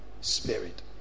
spirit